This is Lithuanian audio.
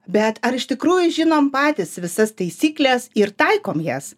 bet ar iš tikrųjų žinom patys visas taisykles ir taikom jas